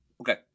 Okay